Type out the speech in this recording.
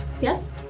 Yes